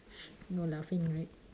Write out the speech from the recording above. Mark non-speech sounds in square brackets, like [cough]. [noise] no laughing right